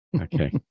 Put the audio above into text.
Okay